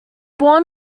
born